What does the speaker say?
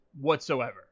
whatsoever